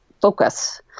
focus